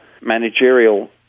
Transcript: managerial